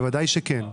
בוודאי שכן,